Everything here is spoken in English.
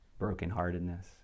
brokenheartedness